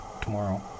tomorrow